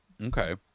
Okay